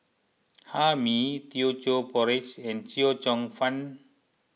Hae Mee Teochew Porridge and Chee Cheong Fun